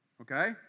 okay